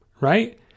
Right